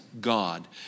God